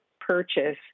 purchase